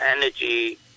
Energy